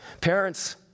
Parents